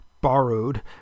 borrowed